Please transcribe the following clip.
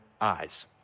eyes